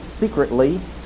secretly